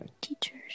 teachers